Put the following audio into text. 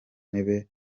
ntebe